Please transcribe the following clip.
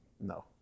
No